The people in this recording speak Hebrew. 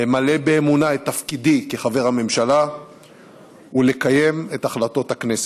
למלא באמונה את תפקידי כחבר הממשלה ולקיים את החלטות הכנסת.